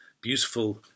beautiful